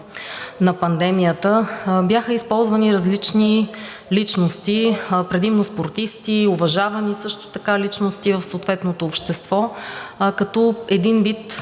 на пандемията, бяха използвани различни личности, предимно спортисти, също така уважавани личности в съответното общество, като един вид